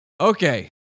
Okay